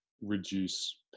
reduce